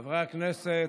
חברי הכנסת,